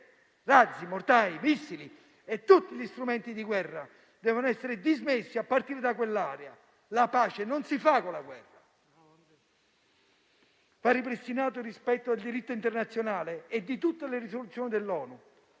Razzi, mortai, missili e tutti gli strumenti di guerra devono essere dismessi, a partire da quell'area. La pace non si fa con la guerra. Deve essere ripristinato il rispetto del diritto internazionale e di tutte le risoluzioni dell'ONU.